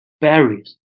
berries